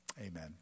Amen